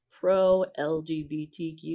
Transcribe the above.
pro-LGBTQ+